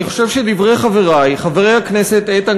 אני חושב שדברי חברי חברי הכנסת איתן